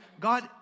God